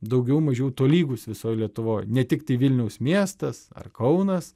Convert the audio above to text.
daugiau mažiau tolygus visoj lietuvoj ne tiktai vilniaus miestas ar kaunas